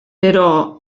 però